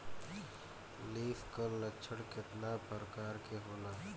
Leaf curl लक्षण केतना परकार के होला?